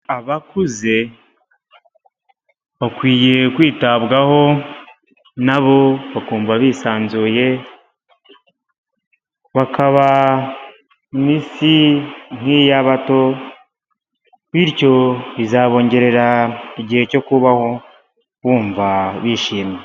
Abakuze bakwiye kwitabwaho na bo bakumva bisanzuye, bakaba mu Isi nk'iy'abato, bityo bizabongerera igihe cyo kubaho bumva bishimye.